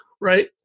right